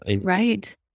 right